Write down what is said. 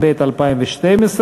התשע"ב 2012,